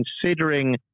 considering